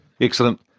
excellent